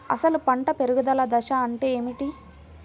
అసలు పంట పెరుగుదల దశ అంటే ఏమిటి?